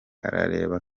arareba